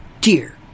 Dear